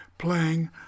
playing